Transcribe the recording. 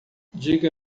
diga